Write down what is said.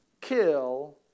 kill